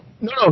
no